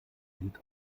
gilt